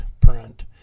print